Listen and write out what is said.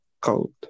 cold